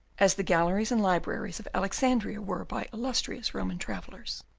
as the galleries and libraries of alexandria were by illustrious roman travellers.